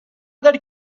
داری